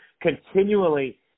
continually